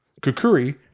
Kukuri